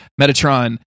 Metatron